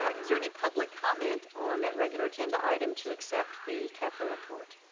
ah is there any public comment on that regular agenda item to accept the cafr report?